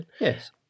Yes